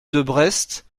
desbrest